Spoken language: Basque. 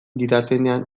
didatenean